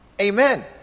Amen